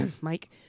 Mike